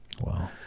wow